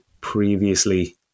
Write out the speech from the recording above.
previously